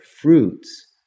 fruits